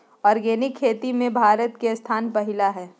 organic खेती में भारत के स्थान पहिला हइ